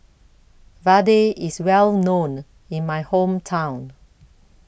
Vadai IS Well known in My Hometown